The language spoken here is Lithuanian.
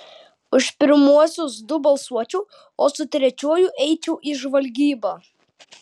už pirmuosius du balsuočiau o su trečiuoju eičiau į žvalgybą